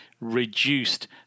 reduced